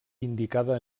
indicada